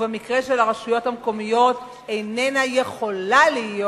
ובמקרה של הרשויות המקומיות איננה יכולה להיות.